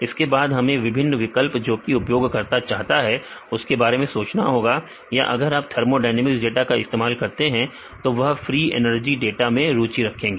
इसके बाद हमें विभिन्न विकल्प जोकि उपयोगकर्ता चाहता है उसके बारे में सोचना होगा या अगर आप थर्मोडायनेमिक्स डाटा का इस्तेमाल करते हैं तो वह फ्री एनर्जी डाटा में रुचि रखेंगे